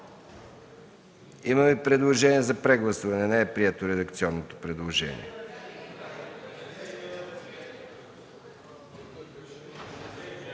Има ли предложения за прегласуване? Не е прието редакционното предложение.